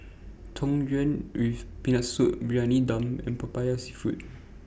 Tang Yuen with Peanut Soup Briyani Dum and Popiah Seafood